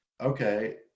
okay